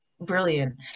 brilliant